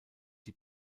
die